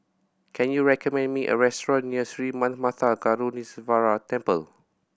can you recommend me a restaurant near Sri Manmatha Karuneshvarar Temple